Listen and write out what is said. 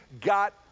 got